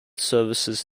services